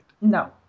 No